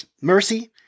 mercy